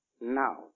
now